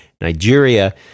Nigeria